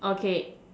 okay